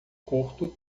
curto